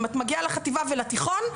אם את מגיעה לחטיבה ולתיכון,